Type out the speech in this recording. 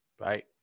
right